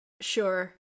Sure